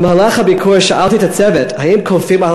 במהלך הביקור שאלתי את הצוות: האם כופים על